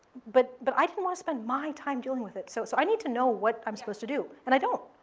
but but i didn't want to spend my time dealing with it. so so i need to know what i'm supposed to do, and i don't.